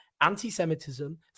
anti-Semitism